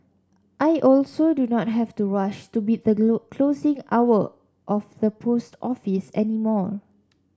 I also do not have to rush to beat the closing hour of the post office any more